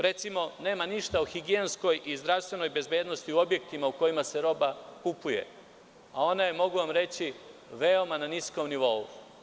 Recimo, nema ništa o higijenskoj i zdravstvenoj bezbednosti u objektima u kojima se roba kupuje, a ona je, mogu vam reći, na veoma niskom nivou.